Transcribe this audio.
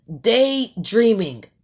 daydreaming